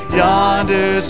yonder